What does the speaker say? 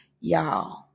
Y'all